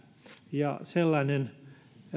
ja sellainen